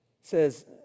says